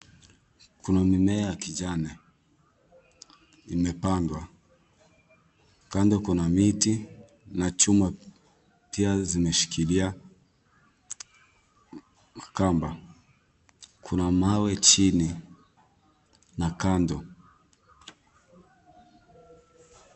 Kuna mimea kijani. Imepandwa. Kando kuna miti na chuma, pia zimeshikilia makamba. Kuna mawe chini na kando.